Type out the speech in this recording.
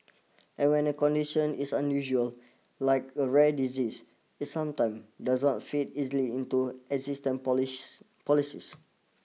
and when a condition is unusual like a rare disease it sometimes does not fit easily into existing policy policies